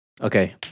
Okay